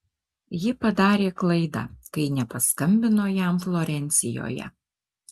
ji padarė klaidą kai nepaskambino jam florencijoje